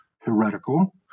heretical